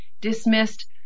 dismissed